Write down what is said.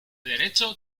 derecho